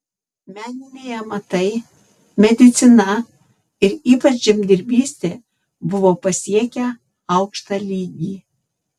meniniai amatai medicina ir ypač žemdirbystė buvo pasiekę aukštą lygį